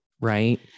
Right